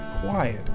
quiet